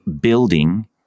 building